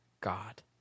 God